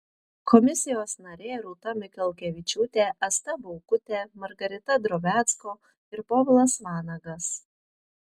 komisijos nariai rūta mikelkevičiūtė asta baukutė margarita drobiazko ir povilas vanagas